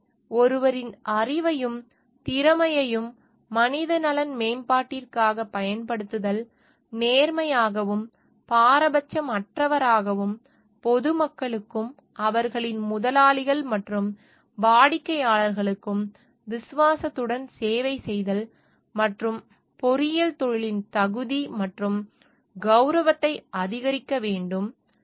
எனவே ஒருவரின் அறிவையும் திறமையையும் மனித நலன் மேம்பாட்டிற்காகப் பயன்படுத்துதல் நேர்மையாகவும் பாரபட்சமற்றவராகவும் பொதுமக்களுக்கும் அவர்களின் முதலாளிகள் மற்றும் வாடிக்கையாளர்களுக்கும் விசுவாசத்துடன் சேவை செய்தல் மற்றும் பொறியியல் தொழிலின் தகுதி மற்றும் கௌரவத்தை அதிகரிக்க வேண்டும்